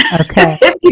Okay